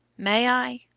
may i?